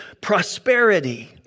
prosperity